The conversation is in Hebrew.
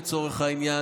לצורך העניין,